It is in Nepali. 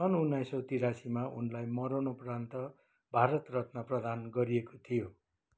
सन् उन्नाइस सौ त्रियासीमा उनलाई मरणोपरान्त भारत रत्न प्रदान गरिएको थियो